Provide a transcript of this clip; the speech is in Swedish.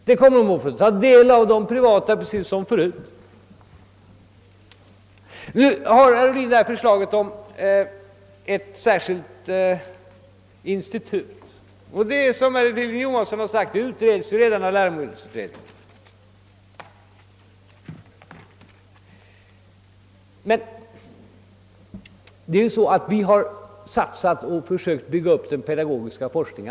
De privata förlagen får precis som förut ta del av forskningsresultaten. Sedan tog herr Ohlin upp förslaget om ett särskilt forskningsinstitut på området, men som herr Johansson i Trollhättan framhöll är ju det förslaget redan föremål för behandling i läroboksutredningen. Vi har under senare år satsat kraftigt på försöken att bygga upp den pedagogiska forskningen.